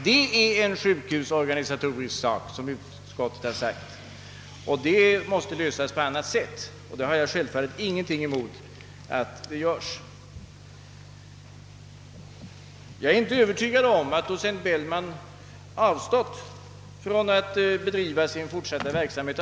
Det är, som utskottet har skrivit, en sjukhusorganisatorisk fråga, som måste lösas på annat sätt. Och jag har naturligtvis ingenting emot att den löses. Jag är inte heller övertygad om att docent Bellman av tvång har avstått från att bedriva sitt forskningsarbete.